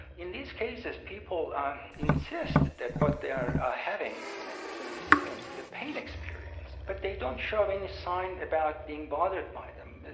in these cases people insist that what they are having is and is an experience, is a pain experience but they don't show any sign about being bothered by them,